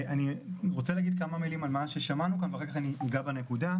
אני רוצה להגיד כמה מילים על מה ששמענו כאן ואחרי זה אני אגע בנקודה.